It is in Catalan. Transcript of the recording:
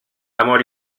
amor